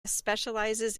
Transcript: specializes